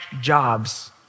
jobs